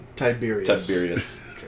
Tiberius